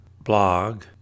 blog